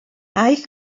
aeth